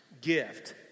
Gift